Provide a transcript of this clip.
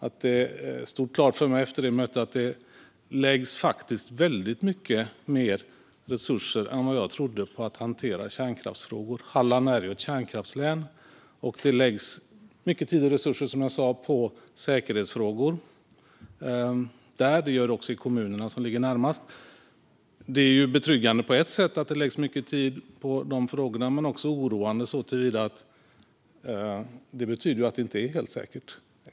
Efter mötet med dem stod det klart för mig att det faktiskt läggs väldigt mycket mer resurser på att hantera kärnkraftsfrågor än vad jag trodde; Halland är ju ett kärnkraftslän. Mycket tid och resurser läggs där på säkerhetsfrågor. Det görs även i de kommuner som ligger närmast. På ett sätt är det betryggande att mycket tid läggs på dessa frågor. Men det är också oroande eftersom det betyder att det inte är helt säkert.